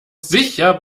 sicher